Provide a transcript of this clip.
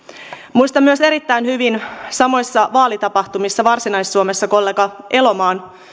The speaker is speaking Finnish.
muistan myös erittäin hyvin samoissa vaalitapahtumissa varsinais suomessa kollega elomaan